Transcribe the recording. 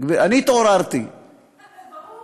אני התעוררתי, זה ברור.